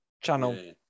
channel